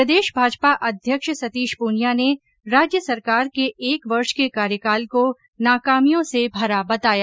प्रदेश भाजपा अध्यक्ष सतीश पूनिया ने राज्य सरकार के एक वर्ष के कार्यकाल को नाकामियों से भरा बताया